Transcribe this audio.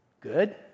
Good